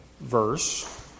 Verse